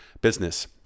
business